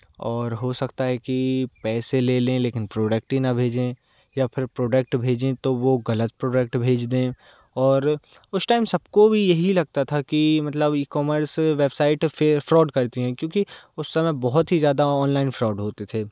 और हो सकता है कि पैसे ले लें लेकिन प्रोडक्ट ही ना भेजें या फ़िर प्रोडक्ट भेजें तो वह गलत प्रोडक्ट भेज दें और उस टाइम सबको भी यही लगता था कि मतलब ईकॉमर्स वेबसाइट फेर फ्रॉड करती हैं क्योंकि उस समय बहुत ही ज़्यादा ऑनलाइन फ्रॉड होते थे